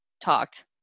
talked